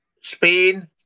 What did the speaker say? Spain